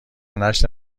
نشر